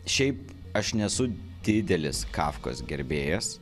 šiaip aš nesu didelis kafkos gerbėjas